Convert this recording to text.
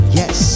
yes